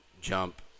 jump